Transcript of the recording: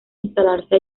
instalarse